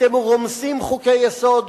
אתם רומסים חוקי-יסוד,